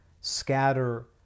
scatter